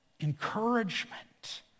encouragement